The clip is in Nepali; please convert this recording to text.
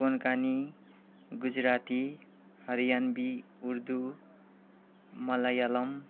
कोंकणी गुजराती हरयाणबी उर्दू मलायालम